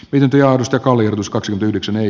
vienti ja ostakaa lius kaksi yhdeksän ei